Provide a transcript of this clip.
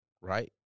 right